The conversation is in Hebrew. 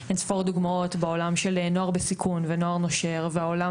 יש אין ספור דוגמאות בעולם של נוער בסיכון ונוער נושר והעולם